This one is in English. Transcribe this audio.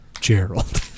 Gerald